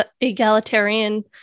egalitarian